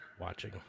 watching